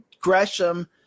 gresham